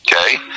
Okay